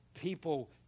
people